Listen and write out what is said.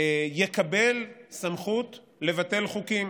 יקבל סמכות לבטל חוקים.